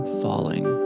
falling